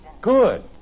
Good